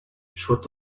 should